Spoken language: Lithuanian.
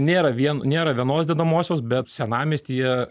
nėra vien nėra vienos dedamosios bet senamiestyje